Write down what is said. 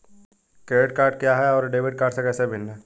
Credit card क्या है और यह डेबिट कार्ड से कैसे भिन्न है?